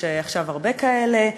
עכשיו יש הרבה כאלה,